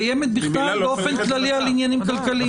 קיימת באופן כללי על עניינים כלכליים?